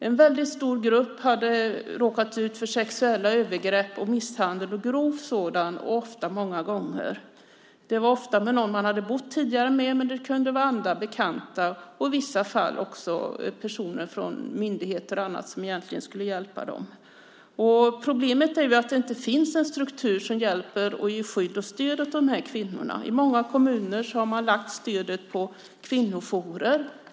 En väldigt stor grupp hade råkat ut för sexuella övergrepp och grov misshandel, ofta många gånger. Ofta var det av någon man tidigare bott tillsammans med, men även av andra bekanta och i vissa fall också av personer från myndigheter som egentligen skulle hjälpa dessa kvinnor. Problemet är att det inte finns någon struktur till hjälp, skydd och stöd för dessa kvinnor. I många kommuner har man lagt stödet på kvinnojourerna.